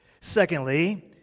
Secondly